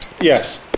Yes